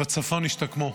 בצפון ישתקמו.